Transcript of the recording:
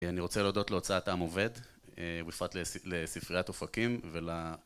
אני רוצה להודות להוצאת עם-עובד, בפרט לספרית אופקים ול...